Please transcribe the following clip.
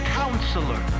counselor